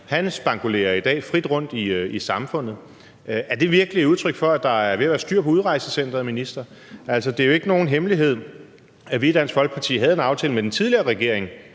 dag spankulerer frit rundt i samfundet. Er det virkelig et udtryk for, at der er ved at være styr på udrejsecenteret, minister? Altså, det er jo ikke nogen hemmelighed, at vi i Dansk Folkeparti havde en aftale med den tidligere regering